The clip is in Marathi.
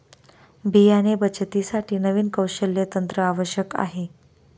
बियाणे बचतीसाठी नवीन कौशल्य तंत्र आवश्यक आहे